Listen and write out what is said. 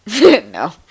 No